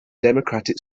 democratic